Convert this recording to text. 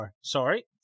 sorry